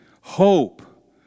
hope